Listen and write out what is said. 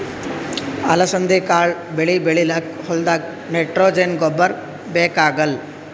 ಅಲಸಂದಿ ಕಾಳ್ ಬೆಳಿ ಬೆಳಿಲಿಕ್ಕ್ ಹೋಲ್ದಾಗ್ ನೈಟ್ರೋಜೆನ್ ಗೊಬ್ಬರ್ ಬೇಕಾಗಲ್